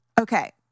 okay